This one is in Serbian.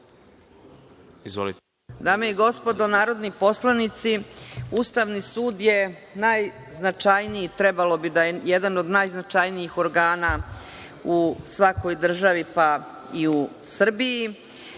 Dame i gospodo narodni poslanici, Ustavni sud je najznačajniji, trebalo bi da je jedan od najznačajnijih organa u svakoj državi, pa i u Srbiji.